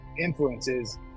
influences